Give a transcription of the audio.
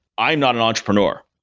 i am not an entrepreneur,